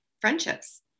friendships